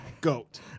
GOAT